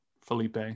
Felipe